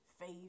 Faith